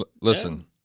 Listen